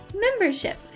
Membership